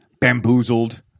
bamboozled